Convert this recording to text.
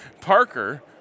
Parker